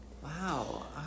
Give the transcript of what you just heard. Wow